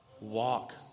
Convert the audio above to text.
walk